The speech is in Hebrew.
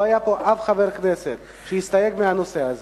לא היה פה אף חבר כנסת שהסתייג מהנושא הזה.